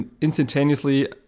instantaneously